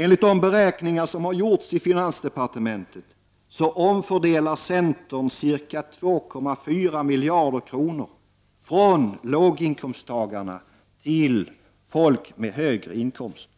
Enligt de beräkningar som gjorts i finansdepartementet omfördelar centern ca 2,4 miljarder kronor från låginkomsttagarna till dem med högre inkomster.